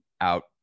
out